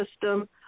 system